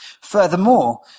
Furthermore